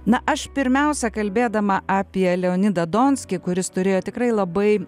na aš pirmiausia kalbėdama apie leonidą donskį kuris turėjo tikrai labai